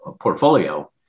portfolio